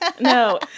no